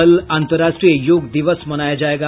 कल अन्तर्राष्ट्रीय योग दिवस मनाया जायेगा